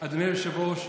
היושב-ראש,